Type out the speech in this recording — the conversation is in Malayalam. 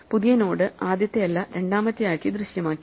പുതിയ നോഡ് ആദ്യത്തെ അല്ല രണ്ടാമത്തെ ആക്കി ദൃശ്യമാക്കി